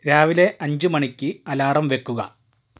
രാവിലെ അഞ്ച് മണിക്ക് അലാറം വയ്ക്കുക